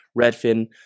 Redfin